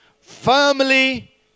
firmly